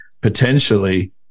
potentially